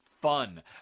Fun